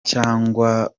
cyangwa